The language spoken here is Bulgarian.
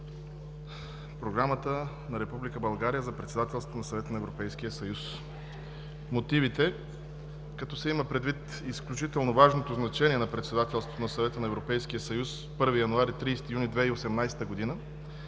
Програмата на Република България за председателството на Съвета на Европейския съюз. Мотивите: Като се има предвид изключително важното значение на председателството на Съвета на Европейския съюз (1 януари – 30 юни 2018 г.) за